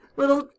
little